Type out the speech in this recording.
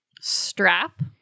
Strap